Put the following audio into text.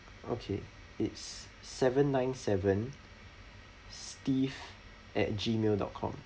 okay it's seven nine seven steve at G mail dot com